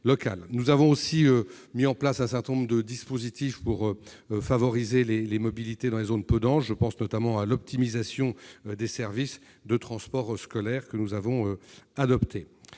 Nous avons mis en place un certain nombre de dispositifs, afin de favoriser les mobilités dans les zones peu denses. Je pense notamment à l'optimisation des services de transport scolaire. M. Dantec